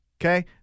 Okay